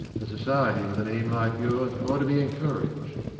a society with an aim like yours ought to be encouraged.